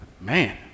man